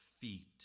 feet